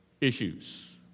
issues